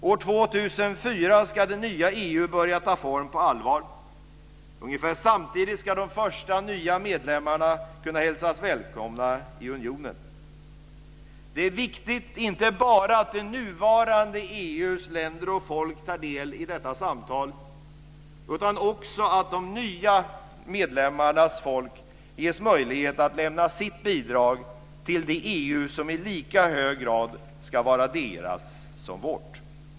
År 2004 ska det nya EU börja ta form på allvar. Ungefär samtidigt ska de första nya medlemmarna kunna hälsas välkomna i unionen. Det är viktigt inte bara att det nuvarande EU:s länder och folk tar del i detta samtal utan också att de nya medlemmarnas folk ges möjlighet att lämna sitt bidrag till det EU som i lika hög grad ska vara deras som vårt.